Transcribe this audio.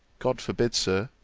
god forbid, sir,